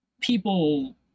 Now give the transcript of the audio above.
people